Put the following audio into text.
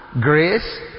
grace